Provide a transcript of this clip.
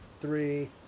three